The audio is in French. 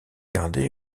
gardé